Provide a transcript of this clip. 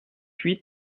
huit